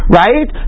right